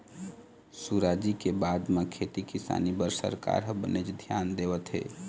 सुराजी के बाद म खेती किसानी बर सरकार ह बनेच धियान देवत हे